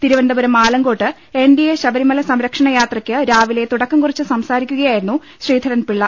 തിരുവനന്തപുരം ആലങ്കോട്ട് എൻഡിഎ ശബരിമല സംരക്ഷണ യാത്രയ്ക്ക് രാവിലെ തുടക്കം കുറിച്ച് സംസാരിക്കുക യായിരുന്നു ശ്രീധരൻപിള്ള